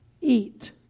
eat